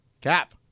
Cap